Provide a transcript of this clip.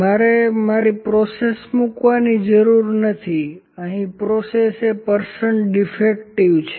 મારે મારી પ્રોસેસ મૂકવાની જરૂર નથી અહીં પ્રોસેસ એ પરસ્ન્ટ ડીફેક્ટિવ છે